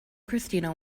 christina